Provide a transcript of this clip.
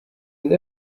indi